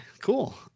Cool